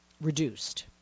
reduced